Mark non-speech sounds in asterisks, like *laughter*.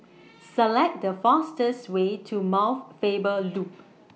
*noise* Select The fastest Way to Mount Faber Loop